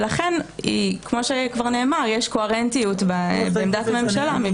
ולכן כמו שכבר נאמר יש קוהרנטיות בעמדת הממשלה.